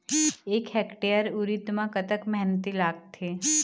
एक हेक्टेयर उरीद म कतक मेहनती लागथे?